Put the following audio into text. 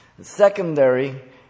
Secondary